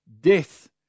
death